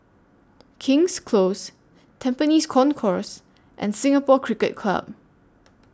King's Close Tampines Concourse and Singapore Cricket Club